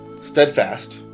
steadfast